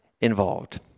involved